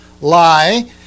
lie